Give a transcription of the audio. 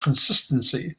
consistency